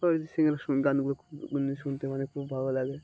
ওই সিঙ্গার শু গানগুলো খুব শুনতে মানে খুব ভালো লাগে